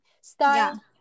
style